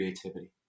creativity